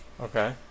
Okay